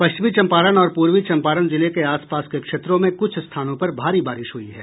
पश्चिमी चम्पारण और पूर्वी चम्पारण जिले के आस पास के क्षेत्रों में कुछ स्थानों पर भारी बारिश हुई है